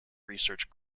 research